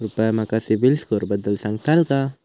कृपया माका सिबिल स्कोअरबद्दल सांगताल का?